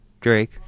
Drake